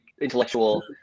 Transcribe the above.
intellectual